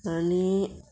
आनी